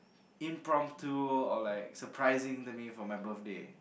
impromptu or like surprising me on my birthday